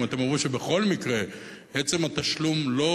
אם אתם אומרים שבכל מקרה עצם התשלום לא